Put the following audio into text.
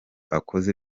akoze